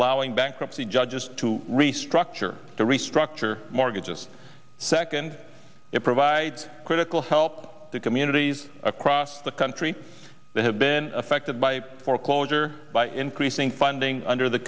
allowing bankruptcy judges to restructure to restructure mortgages second provide critical help to communities across the country that have been affected by foreclosure by increasing funding under the